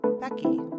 Becky